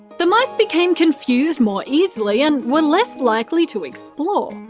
the mice became confused more easily and were less likely to explore.